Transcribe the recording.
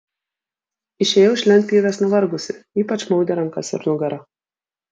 išėjau iš lentpjūvės nuvargusi ypač maudė rankas ir nugarą